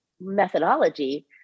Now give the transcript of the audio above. methodology